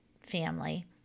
family